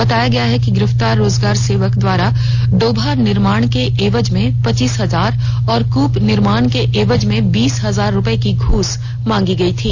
बताया गया है कि गिरफतार रोजगार सेवक द्वारा डोभा निर्माण के एवज में पच्चीस हजार और कृप निर्माण के एवज में बीस हजार रुपये की घूस मांगी गई थी